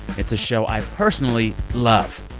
it's a show i personally love.